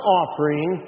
offering